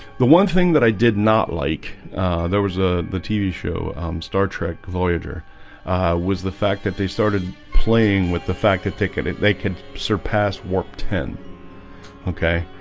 the one thing that i did not like there was a the tv show star trek voyager was the fact that they started playing with the fact that ticket it they can surpass warp ten okay,